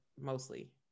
mostly